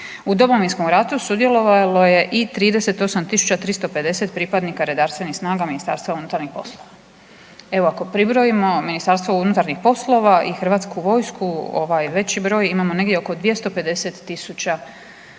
U Domovinskom ratu sudjelovalo je i 38350 pripadnika redarstvenih snaga Ministarstva unutarnjih poslova. Evo ako pribrojimo Ministarstvo unutarnjih poslova i Hrvatsku vojsku ovaj veći broj imamo negdje oko 250 000 branitelja